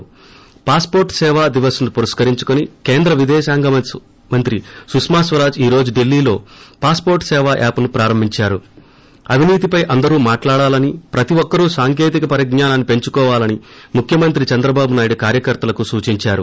ి పాస్వోర్లు సేవా దివస్ను పురస్కరించుకుని కేంద్ర విదేశాంగమంత్రి సుష్మా స్వరాజ్ ఈ రోజు ఢిల్లీ లో పాస్పోర్ట్ సేవా యాప్ను ప్రారంభించారు ి అవినీతిపై అందరూ మాట్లాడాలని ప్రతి ఒక్కరూ సాంకేతిక పరిజ్ఞానం పెంచుకోవాలని ముఖ్యమంత్రి చంద్రబాబు నాయుడు కార్యకర్తలకు సూచించారు